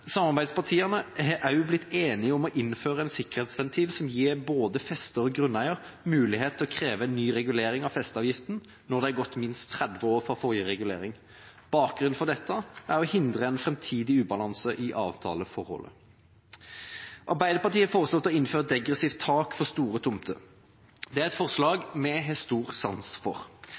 Samarbeidspartiene har også blitt enige om å innføre en sikkerhetsventil som gir både fester og grunneier mulighet til å kreve ny regulering av festeavgiften når det er gått minst 30 år fra forrige regulering. Bakgrunnen for dette er å hindre en framtidig ubalanse i avtaleforholdet. Arbeiderpartiet har foreslått å innføre et degressivt tak for store tomter. Det er et forslag vi har stor sans for.